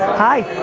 hi,